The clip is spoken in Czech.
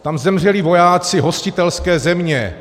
Tam zemřeli vojáci hostitelské země.